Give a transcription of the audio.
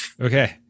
Okay